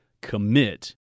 commit